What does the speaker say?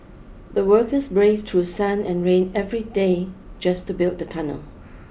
the workers braved through sun and rain every day just to build the tunnel